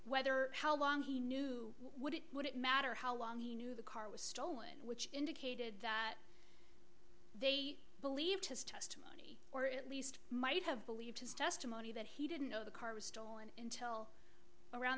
whether how long he knew would it would it matter how long he knew the car was stolen which indicated that they believed his testimony or at least might have believed his testimony that he didn't know the car was stolen until around